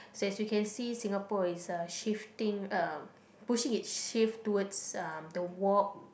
so as you can see Singapore is uh shifting uh pushing its shift towards uh the walk